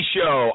Show